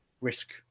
risk